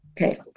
Okay